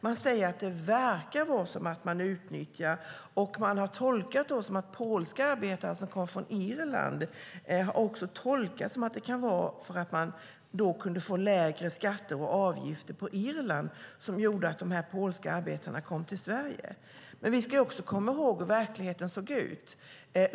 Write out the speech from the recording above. Man säger att det verkar som att arbetskraft utnyttjas. Att polska arbetare som har kommit från Irland till Sverige har tolkats som att de har gjort det för att de har kunnat få lägre skatter och avgifter på Irland. Men vi ska veta hur verkligheten såg ut.